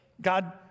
God